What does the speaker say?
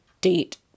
date